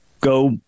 go